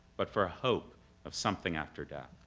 but for a hope of something after death?